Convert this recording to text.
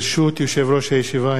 ברשות יושב-ראש הישיבה,